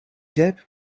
dip